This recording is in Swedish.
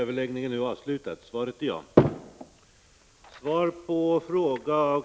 Herr talman!